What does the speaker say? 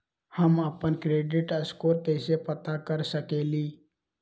हम अपन credit score कैसे पता कर सकेली?